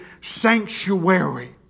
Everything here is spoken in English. sanctuary